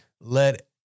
let